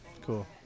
Cool